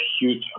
huge